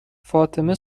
فاطمه